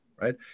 right